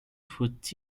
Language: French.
faut